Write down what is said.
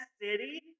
city